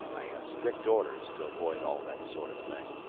i have strict orders to avoid all that sort of thing,